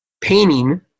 painting